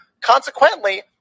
Consequently